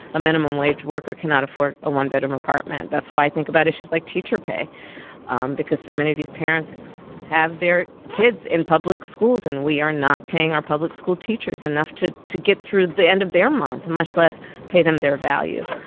a minimum wage worker cannot afford a one-bedroom apartment that's why i think about issues like teacher pay um because so many of these parents have their kids in public schools, and we are not paying our public school teachers enough to to get through the end of their month, much less pay them their value.